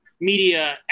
media